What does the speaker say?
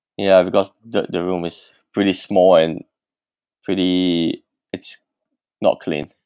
ya because the the room is pretty small and pretty it's not clean